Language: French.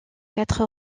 quatre